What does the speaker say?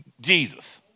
Jesus